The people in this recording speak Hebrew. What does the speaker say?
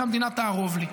שהמדינה תערוב לי.